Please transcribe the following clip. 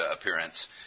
appearance